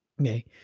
Okay